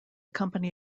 company